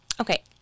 okay